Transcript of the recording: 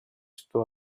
что